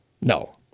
No